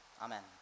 Amen